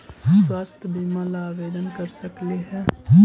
स्वास्थ्य बीमा ला आवेदन कर सकली हे?